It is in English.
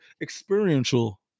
experiential